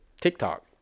TikTok